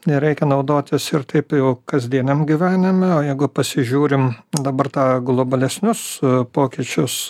nereikia naudotis ir taip jau kasdieniam gyvenime o jeigu pasižiūrim dabar tą globalesnius pokyčius